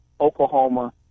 Oklahoma